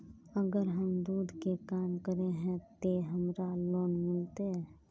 अगर हम दूध के काम करे है ते हमरा लोन मिलते?